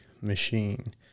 machine